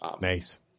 Nice